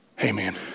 Amen